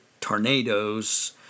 tornadoes